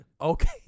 okay